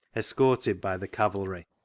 escorted by the cavalry.